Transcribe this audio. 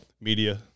Media